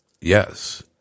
Yes